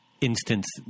instance